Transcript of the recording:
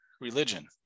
religion